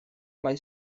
mai